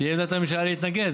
תהיה עמדת הממשלה להתנגד.